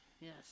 Yes